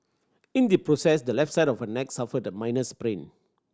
in the process the left side of neck suffered a minor sprain